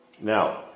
Now